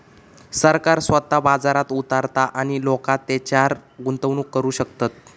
सरकार स्वतः बाजारात उतारता आणि लोका तेच्यारय गुंतवणूक करू शकतत